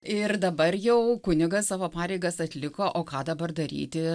ir dabar jau kunigas savo pareigas atliko o ką dabar daryti